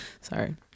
Sorry